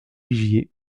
vigier